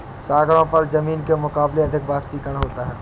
सागरों पर जमीन के मुकाबले अधिक वाष्पीकरण होता है